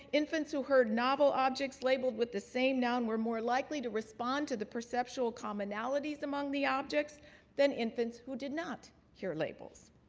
infants who heard novel objects labeled with the same noun were more likely to respond to the perceptual commonalities among the objects than infants who did not hear labels.